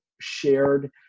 shared